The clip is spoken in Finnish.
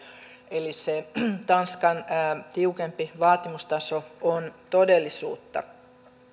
eli se tanskan tiukempi vaatimustaso on todellisuutta